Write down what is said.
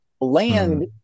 land